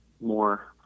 more